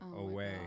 away